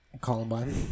columbine